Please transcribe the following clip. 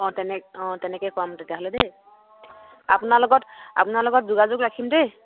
অঁ তেনে অঁ তেনেকৈ কম তেতিয়াহ'লে দেই আপোনাৰ লগত আপোনাৰ লগত যোগাযোগ ৰাখিম দেই